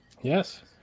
Yes